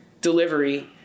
delivery